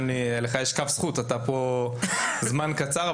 לך יש כף זכות כי אתה פה זמן קצר,